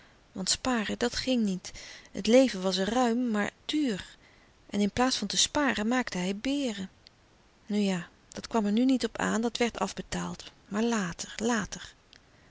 want sparen dat ging niet het leven was ruim maar duur en in plaats van te sparen maakte hij beren nu ja dat kwam er nu niet op aan dat werd afbetaald maar later later